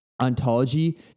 ontology